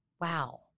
Wow